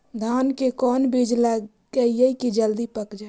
धान के कोन बिज लगईयै कि जल्दी पक जाए?